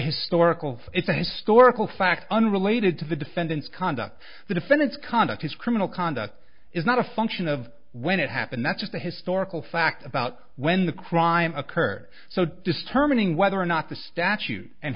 historical it's a historical fact unrelated to the defendant's conduct the defendant's conduct his criminal conduct is not a function of when it happened that's just a historical fact about when the crime occurred so disturbing whether or not the statute and